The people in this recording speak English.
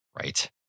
Right